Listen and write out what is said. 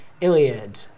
iliad